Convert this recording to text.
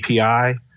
API